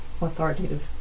authoritative